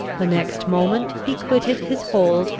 the next moment he quitted his hold,